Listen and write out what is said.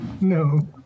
no